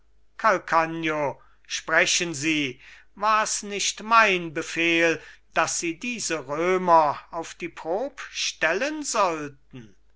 sprechen sie wars nicht mein befehl daß sie diese römer auf die prob stellen sollten